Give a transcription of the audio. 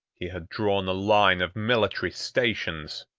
he had drawn a line of military stations,